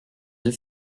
deux